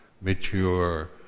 mature